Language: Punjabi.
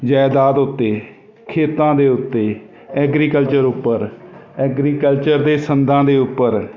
ਜਾਇਦਾਦ ਉੱਤੇ ਖੇਤਾਂ ਦੇ ਉੱਤੇ ਐਗਰੀਕਲਚਰ ਉੱਪਰ ਐਗਰੀਕਲਚਰ ਦੇ ਸੰਦਾਂ ਦੇ ਉੱਪਰ